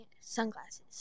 Sunglasses